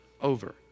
over